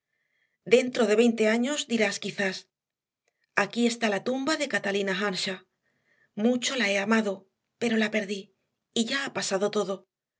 dentro de veinte años dirás quizás aquí está la tumba de catalina earnshaw mucho la he amado pero la perdí y ya ha pasado todo